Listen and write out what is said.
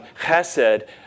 Chesed